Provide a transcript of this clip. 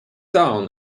down